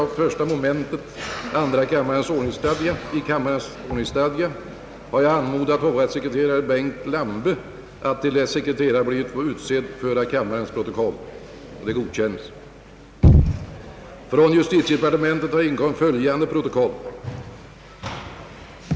Protokoll över granskningen och förteckning över de granskade fullmakterna skall tillsammans med fullmakterna överlämnas till första kammaren. Då jag insjuknat i influensa anhåller jag härmed om ledighet från riksdagssammanträdet den 10 januari 1970. På grund av sviter efter influensa anhåller undertecknad om ledighet lördagen den 10 januari. Undertecknad får med stöd av bifogade intyg vördsamt anhålla om ledighet från riksdagsarbetet från och med den 10 januari 1970 tills vidare.